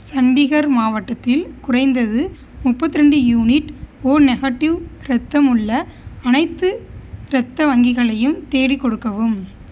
சண்டிகர் மாவட்டத்தில் குறைந்தது முப்பத்து ரெண்டு யூனிட் ஓ நெகட்டிவ் இரத்தம் உள்ள அனைத்து இரத்த வங்கிகளையும் தேடிக் கொடுக்கவும்